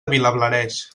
vilablareix